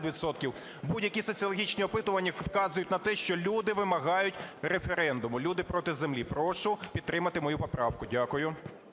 відсотків, будь-які соціологічні опитування вказують на те, що люди вимагають референдуму, люди проти землі. Прошу підтримати мою поправку. Дякую.